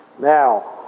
Now